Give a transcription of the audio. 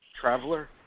Traveler